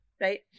right